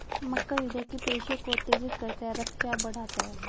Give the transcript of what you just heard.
मक्का हृदय की पेशियों को उत्तेजित करता है रक्तचाप बढ़ाता है